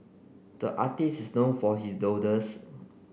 the artist is known for his doodles